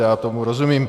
Já tomu rozumím.